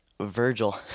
Virgil